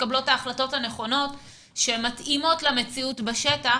מתקבלות ההחלטות הנכונות שמתאימות למציאות בשטח,